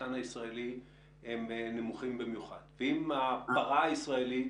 הרפתן הישראלי נמוכים במיוחד ואם הפרה הישראלית